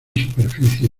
superficie